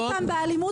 הוציאו אותם באלימות.